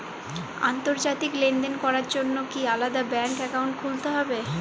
আন্তর্জাতিক লেনদেন করার জন্য কি আলাদা ব্যাংক অ্যাকাউন্ট খুলতে হবে?